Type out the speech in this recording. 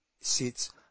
sits